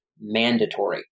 mandatory